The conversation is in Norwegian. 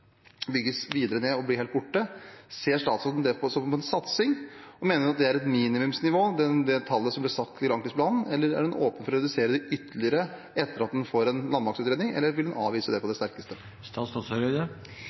bygges videre ned og bli helt borte, ser statsråden på det som en satsing, og mener hun det er et minimumsnivå, det tallet som ble satt i langtidsplanen? Er hun åpen for å redusere ytterligere etter at en har fått en landmaktutredning, eller vil hun avvise det på